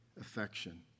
affection